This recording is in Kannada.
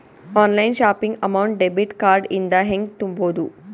Online shopping amount debit card ಇಂದ ಹೆಂಗ್ ತುಂಬೊದು?